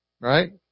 Right